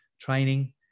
training